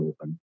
open